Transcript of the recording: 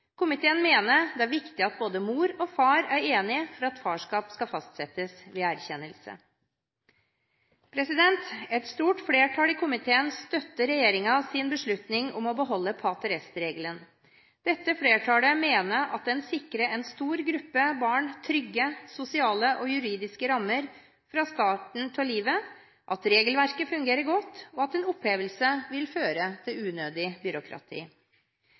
Komiteen mener det er viktig at både mor og far er enige for at farskap skal fastsettes ved erkjennelse. Et stort flertall i komiteen støtter regjeringens beslutning om å beholde pater est-regelen. Flertallet mener at den sikrer en stor gruppe barn trygge sosiale og juridiske rammer fra starten av livet, at regelverket fungerer godt, og at en opphevelse vil føre til unødig byråkrati.